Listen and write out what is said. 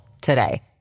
today